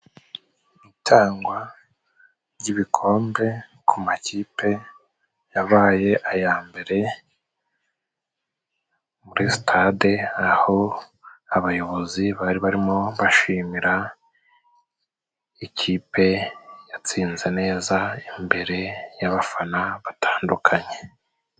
Itangwa ry'ibikombe ku makipe yabaye aya mbere muri sitade, aho abayobozi bari barimo bashimira ikipe yatsinze neza imbere y'abafana batandukanye.